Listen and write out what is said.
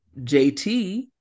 JT